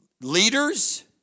leaders